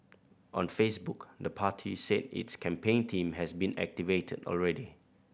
on Facebook the party said its campaign team has been activated already